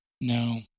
No